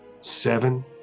seven